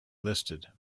listed